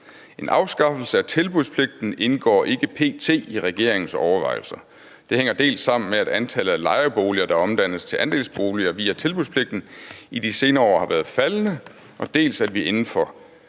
En afskaffelse af tilbudspligten indgår ikke p.t. i regeringens overvejelser. Det hænger dels sammen med, at antallet af lejeboliger, der omdannes til andelsboliger via tilbudspligten, i de senere år har været faldende, dels at vi inden for